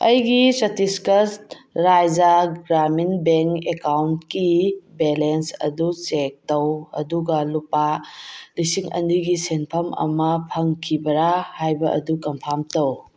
ꯑꯩꯒꯤ ꯆꯇꯤꯁꯒꯔ ꯔꯥꯏꯖꯥ ꯒ꯭ꯔꯥꯃꯤꯟ ꯕꯦꯡ ꯑꯦꯀꯥꯎꯟꯀꯤ ꯕꯦꯂꯦꯟꯁ ꯑꯗꯨ ꯆꯦꯛ ꯇꯧ ꯑꯗꯨꯒ ꯂꯨꯄꯥ ꯂꯤꯁꯤꯡ ꯑꯅꯤꯒꯤ ꯁꯦꯝꯐꯝ ꯑꯃ ꯐꯪꯈꯤꯕ꯭ꯔꯥ ꯍꯥꯏꯕ ꯑꯗꯨ ꯀꯟꯐꯥꯝ ꯇꯧ